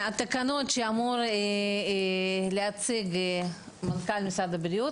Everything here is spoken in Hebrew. התקנות שאמור להציג מנכ"ל משרד הבריאות,